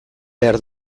behar